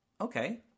Okay